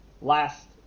last